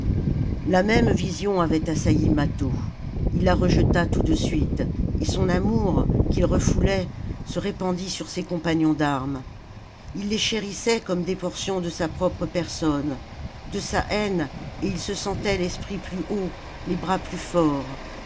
la même vision avait assailli mâtho il la rejeta tout de suite et son amour qu'il refoulait se répandit sur ses compagnons d'armes il les chérissait comme des portions de sa propre personne de sa haine et il se sentait l'esprit plus haut les bras plus forts